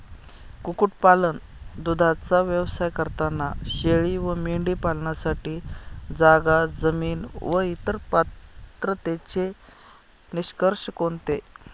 कुक्कुटपालन, दूधाचा व्यवसाय करताना शेळी व मेंढी पालनासाठी जागा, जमीन व इतर पात्रतेचे निकष कोणते?